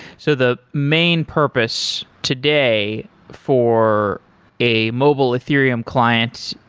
so the main purpose today for a mobile ethereum client,